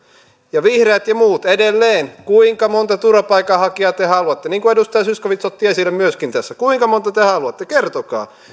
ja vihreät ja muut edelleen kuinka monta turvapaikanhakijaa te haluatte niin kuin edustaja zyskowicz myöskin otti esille tässä kuinka monta te haluatte kertokaa